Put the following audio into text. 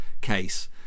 case